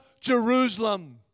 Jerusalem